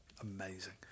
Amazing